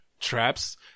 traps